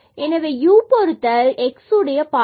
எனவே u பொருத்த x உடைய partial derivative e power u